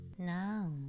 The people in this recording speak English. Now